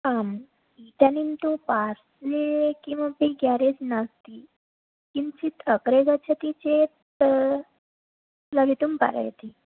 आम् इदानीं तु पार्श्वे किमपि गेरेज् नास्ति किञ्चिद् अग्रे गच्छति चेत् लगितुं पारयति